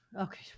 Okay